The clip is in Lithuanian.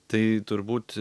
tai turbūt